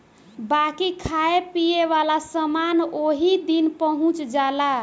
बाकी खाए पिए वाला समान ओही दिन पहुच जाला